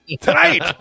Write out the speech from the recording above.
tonight